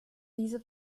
diese